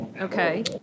Okay